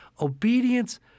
obedience